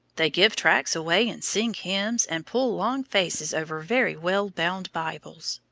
they give tracts away and sing hymns, and pull long faces over very well-bound bibles.